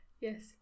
Yes